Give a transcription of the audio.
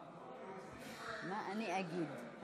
מה אני אגיד?